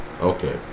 okay